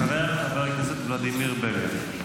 אחריה, חבר הכנסת ולדימיר בליאק.